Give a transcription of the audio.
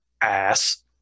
Ass